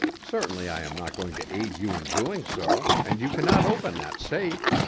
certainly i am not going to aid you in doing so, and you cannot open that safe.